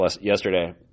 yesterday